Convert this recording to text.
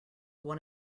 one